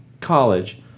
college